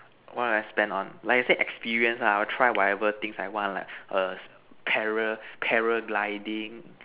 what will I spend on like you say experience lah I will try whatever things I want like err para para gliding